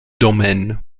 domaine